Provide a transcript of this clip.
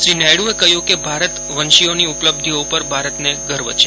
શ્રી નાયડ઼એ કહયું કે ભારત વંશીઓની ઉપલબ્ધિઓ ઉપર ભારતને ગર્વ છે